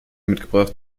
mitgebracht